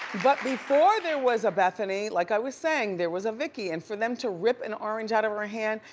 but before there was a bethany, like i was saying, there was a vicki, and for them to rip an orange out of her hand,